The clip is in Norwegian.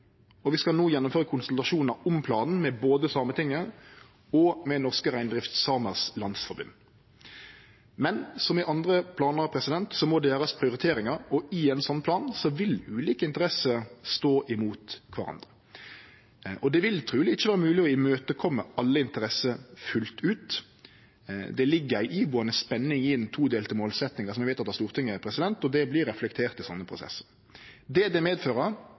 og vi skal no gjennomføre konsultasjonar om planen med både Sametinget og Norske Reindriftsamers Landsforbund. Men som i andre planar må det gjerast prioriteringar, og i ein slik plan vil ulike interesser stå mot kvarandre. Det vil truleg ikkje vere mogleg å kome alle interesser fullt ut til møtes. Det ligg ei ibuande spenning i den todelte målsetjinga, som er vedteken av Stortinget, og det vert reflektert i slike prosessar. Det medfører